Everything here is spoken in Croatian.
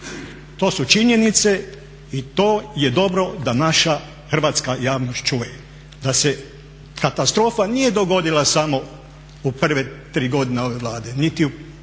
To su činjenice i to je dobro da naša Hrvatska javnost čuje da se katastrofa nije dogodila samo u prve tr3 godine ove Vlade niti u 3,